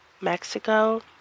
Mexico